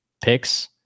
picks